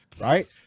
right